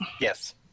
Yes